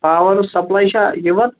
power supply چھا یِوان